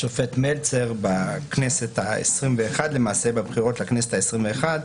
השופט מלצר, בכנסת ה-21, בבחירות לכנסת ה-21,